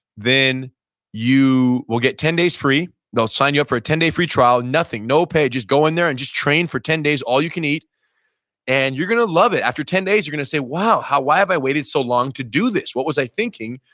then you will get ten days free. they'll sign you up for a ten day free trial, nothing, no pay. just go in there and just train for ten days, all you can eat and you're going to love it. after ten days you're going to say, wow, why have i waited so long to do this? what was i thinking?